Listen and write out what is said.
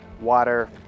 water